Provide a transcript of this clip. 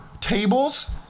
tables